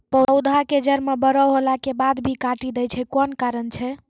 पौधा के जड़ म बड़ो होला के बाद भी काटी दै छै कोन कारण छै?